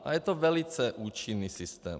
A je to velice účinný systém.